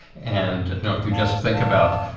and you know if you just think about.